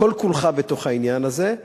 כל כולך בתוך העניין הזה.